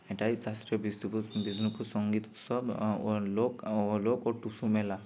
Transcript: এটাই বিষ্ণুপুর বিষ্ণুপুর সঙ্গীত উৎসব ও লোক ও লোক ও টুসু মেলা